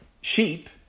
sheep